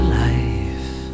life